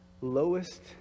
lowest